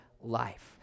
life